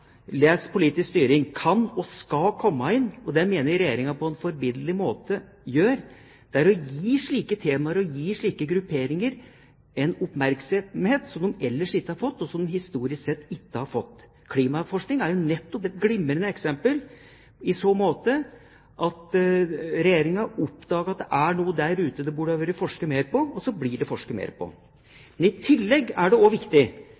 les: politisk styring – kan og skal komme inn, og det mener jeg Regjeringa på en forbilledlig måte gjør, for å gi slike temaer og slike grupperinger en oppmerksomhet som de ellers ikke har fått og historisk ikke har fått. Klimaforskningen er nettopp et glimrende eksempel i så måte: Regjeringa oppdager at det er noe der ute det burde ha vært forsket mer på, og så blir det forsket mer på det. I tillegg er det viktig – og